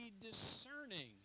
discerning